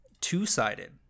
two-sided